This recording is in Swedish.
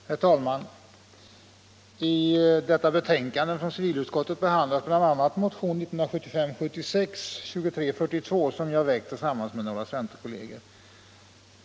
I Herr talman! I detta betänkande från civilutskottet behandlas bl.a. motionen 1975/76:2342, som jag har väckt tillsammans med några cen 95 terkolleger.